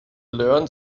learn